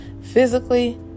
physically